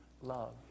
love